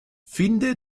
finde